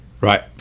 right